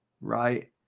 right